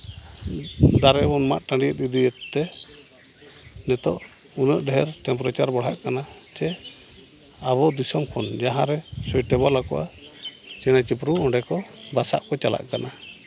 ᱫᱟᱨᱮᱵᱚᱱ ᱢᱟᱫ ᱴᱟᱺᱰᱤ ᱤᱫᱤᱭᱮᱫ ᱛᱮ ᱱᱤᱛᱚᱜ ᱩᱱᱟᱹᱜ ᱰᱷᱮᱨ ᱴᱮᱢᱯᱟᱨᱮᱪᱟᱨ ᱵᱟᱲᱦᱟᱜ ᱠᱟᱱᱟ ᱪᱮ ᱟᱵᱚ ᱫᱤᱥᱚᱢ ᱠᱷᱚᱱ ᱡᱟᱦᱟᱸ ᱨᱮ ᱥᱩᱭᱴᱮᱵᱮᱞ ᱠᱚᱣᱟ ᱪᱮᱬᱮ ᱪᱤᱯᱨᱩᱫ ᱚᱸᱰᱮ ᱠᱚ ᱵᱟᱥᱟᱜ ᱠᱚ ᱪᱟᱞᱟᱜ ᱠᱟᱱᱟ